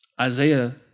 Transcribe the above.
Isaiah